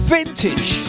Vintage